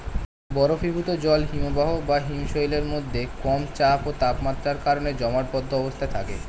বরফীভূত জল হিমবাহ বা হিমশৈলের মধ্যে কম চাপ ও তাপমাত্রার কারণে জমাটবদ্ধ অবস্থায় থাকে